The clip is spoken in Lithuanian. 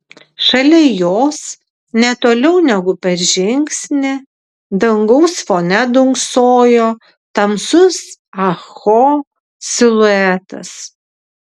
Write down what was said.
šalia jos ne toliau negu per žingsnį dangaus fone dunksojo tamsus ah ho siluetas